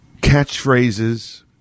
catchphrases